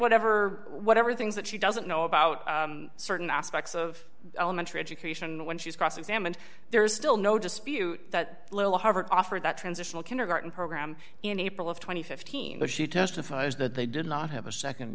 whatever whatever things that she doesn't know about certain aspects of elementary education when she's cross examined there's still no dispute that little harvard offered that transitional kindergarten program in april of two thousand and fifteen but she testifies that they did not have a